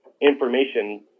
information